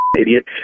idiot